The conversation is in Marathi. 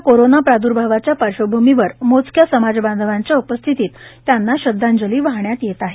यंदा कोरोंना प्राद्र्भावाच्या पार्श्वभूमीवर मोजक्या समाज बांधवांच्या उपस्थितीत श्रद्धांजलि वाहण्यात येत आहे